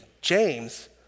James